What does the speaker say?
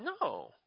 No